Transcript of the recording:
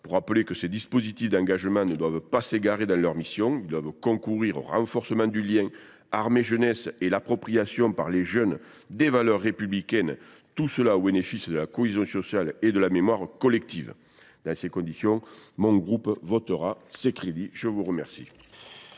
pour rappeler que ces dispositifs d’engagement ne doivent pas s’égarer dans leurs missions. Ils doivent concourir au renforcement du lien armées jeunesse et à l’appropriation par les jeunes des valeurs républicaines, tout cela au profit de la cohésion sociale et de la mémoire collective. Dans ces conditions, mon groupe votera les crédits de cette